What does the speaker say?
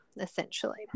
essentially